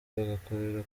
bagakorera